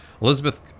Elizabeth